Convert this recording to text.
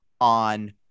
On